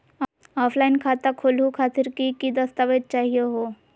Offline खाता खोलहु खातिर की की दस्तावेज चाहीयो हो?